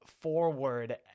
forward